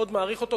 מאוד מעריך אותו,